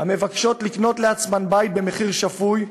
המבקשות לקנות לעצמן בית במחיר שפוי,